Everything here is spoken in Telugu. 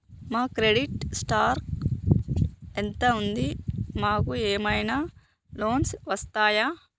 మా క్రెడిట్ స్కోర్ ఎంత ఉంది? మాకు ఏమైనా లోన్స్ వస్తయా?